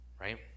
Right